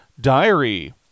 Diary